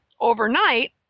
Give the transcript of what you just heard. overnight